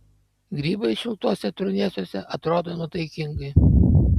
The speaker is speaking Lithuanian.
grybai šiltuose trūnėsiuose atrodo nuotaikingai